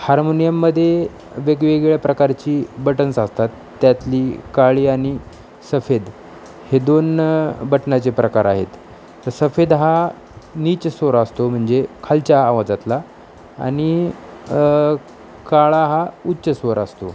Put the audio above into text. हार्मोनियममध्ये वेगवेगळ्या प्रकारची बटन्स असतात त्यातली काळी आणि सफेद हे दोन बटनाचे प्रकार आहेत तर सफेद हा नीच स्वर असतो म्हणजे खालच्या आवाजातला आणि काळा हा उच्च स्वर असतो